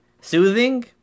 soothing